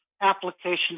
applications